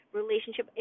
relationship